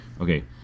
okay